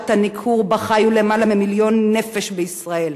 הניכור שבה חיו למעלה ממיליון נפש בישראל,